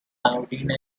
iodine